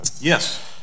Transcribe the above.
Yes